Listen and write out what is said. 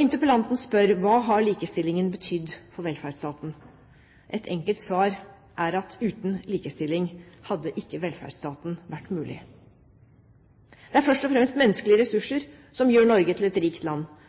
Interpellanten spør: Hva har likestillingen betydd for velferdsstaten? Et enkelt svar er at uten likestilling hadde ikke velferdsstaten vært mulig. Det er først og fremst menneskelige ressurser som gjør Norge til et rikt land.